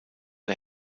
der